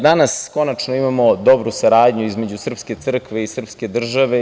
Danas konačno imamo dobru saradnju između srpske crkve i srpske države.